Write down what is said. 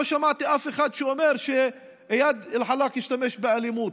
לא שמעתי שאף אחד אומר שאיאד אלחלאק השתמש באלימות.